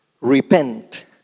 Repent